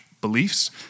beliefs